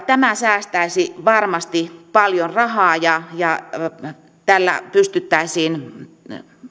tämä säästäisi varmasti paljon rahaa ja ja tällä pystyttäisiin